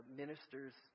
minister's